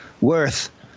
worth